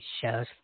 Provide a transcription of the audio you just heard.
shows